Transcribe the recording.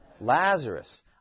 Lazarus